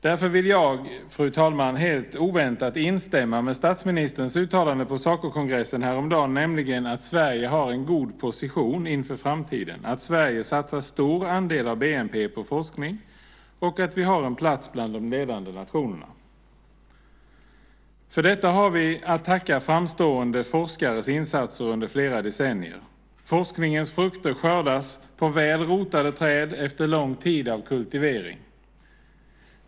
Därför vill jag, fru talman, helt oväntat instämma i statsministerns uttalande på Sacokongressen häromdagen, nämligen att Sverige har en god position inför framtiden, att Sverige satsar en stor andel av bnp på forskning och att Sverige har en plats bland de ledande nationerna. För detta har vi att tacka framstående forskares insatser under flera decennier. Forskningens frukter skördas på väl rotade träd efter lång tid av kultivering.